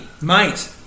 mate